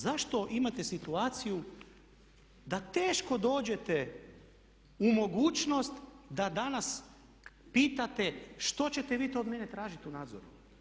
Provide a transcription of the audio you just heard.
Zašto imate situaciju da teško dođete u mogućnost da danas pitate što ćete vi to od mene tražiti u nadzoru?